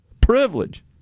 privilege